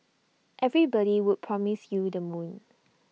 everybody would promise you the moon